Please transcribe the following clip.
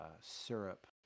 syrup